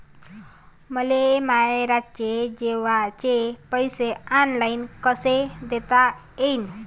मले माया रातचे जेवाचे पैसे ऑनलाईन कसे देता येईन?